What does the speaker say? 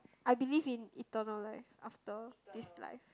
I believe in eternal life after this life